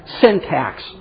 syntax